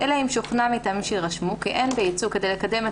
אלא אם שוכנע מטעמים שיירשמו כי אין בייצוג כדי לקדם את